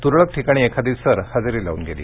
तुरळक ठिकाणी एखादी सर हजेरी लावून गेली